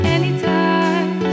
Anytime